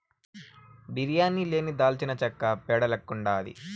బిర్యానీ లేని దాల్చినచెక్క పేడ లెక్కుండాది